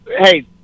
hey